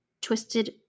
Twisted